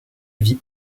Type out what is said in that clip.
vie